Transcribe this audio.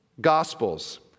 gospels